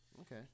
Okay